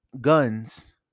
guns